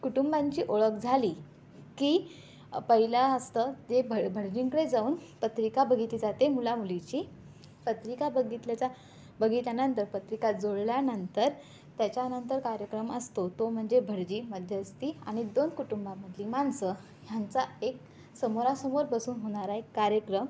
कुटुंबांची ओळख झाली की पहिला हस्त जे भड भटजींकडे जाऊन पत्रिका बघितली जाते मुलामुलीची पत्रिका बघितलेच्या बघितल्यानंतर पत्रिका जुळल्या नंतर त्याच्यानंतर कार्यक्रम असतो तो म्हणजे भटजी मध्यस्थी आणि दोन कुटुंबांमधली माणसं ह्यांचा एक समोरासमोर बसून होणारा एक कार्यक्रम